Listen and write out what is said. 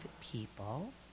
people